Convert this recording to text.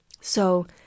So